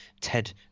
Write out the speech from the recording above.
Ted